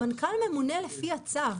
המנכ"ל ממונה לפי הצו.